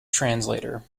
translator